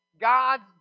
God's